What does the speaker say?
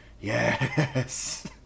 yes